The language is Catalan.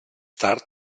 tard